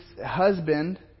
husband